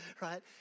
right